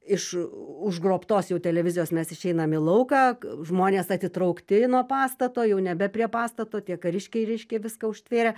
iš užgrobtos jau televizijos mes išeinam į lauką žmonės atitraukti nuo pastato jau nebe prie pastato tiek kariškiai reiškia viską užtvėrė